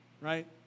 right